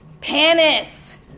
Panis